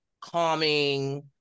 calming